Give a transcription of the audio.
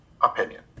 opinion